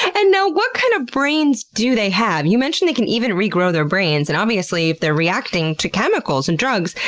and now, what kind of brains do they have? you mentioned they can even regrow their brains. and obviously if they're reacting to chemicals and drugs,